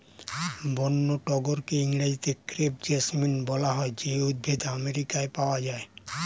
বন্য টগরকে ইংরেজিতে ক্রেপ জেসমিন বলা হয় যে উদ্ভিদ আমেরিকায় পাওয়া যায়